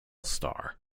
star